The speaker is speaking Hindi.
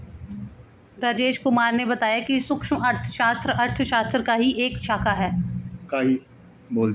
राजेश कुमार ने बताया कि सूक्ष्म अर्थशास्त्र अर्थशास्त्र की ही एक शाखा है